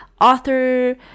Author